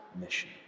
mission